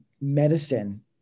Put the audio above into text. medicine